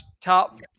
top